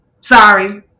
Sorry